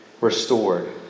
restored